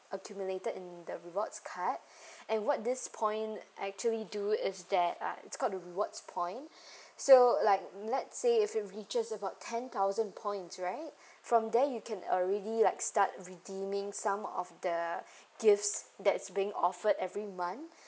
accumulated in the rewards card and what this point actually do is that uh it's called the rewards point so like let's say if you reaches about ten thousand points right from there you can already like start redeeming some of the gifts that's being offered every month